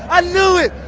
i knew it!